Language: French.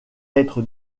être